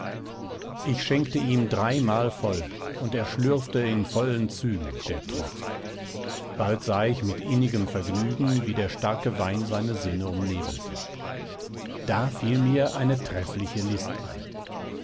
ich schenkte ihm dreimal voll und er schlürfte in vollen zügen der tropf bald sah ich mit innigem vergnügen wie der starke wein seine sinne umnebelte da fiel mir eine treffliche list ein